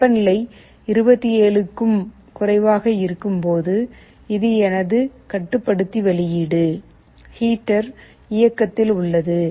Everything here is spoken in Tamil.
வெப்பநிலை 27 க்கும் குறைவாக இருக்கும்போது இது எனது கட்டுப்படுத்தி வெளியீடு ஹீட்டர் இயக்கத்தில் உள்ளது